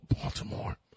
Baltimore